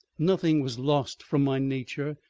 nothing was lost from my nature,